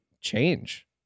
change